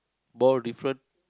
ball different